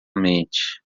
mente